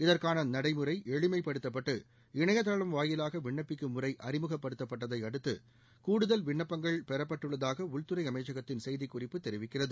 இதற்கான நடைமுறை எளிமைபடுத்தப்பட்டு இணையதளம் வாயிலாக விண்ணப்பிக்கும் முறை அறிமுகப்படுத்தப்பட்டதை அடுத்து கூடுதல் விண்ணப்பங்கள் பெறப்பட்டுள்ளதாக உள்துறை அமைச்சகத்தின் செய்திக் குறிப்பு தெரிவிக்கிறது